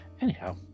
Anyhow